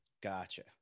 Gotcha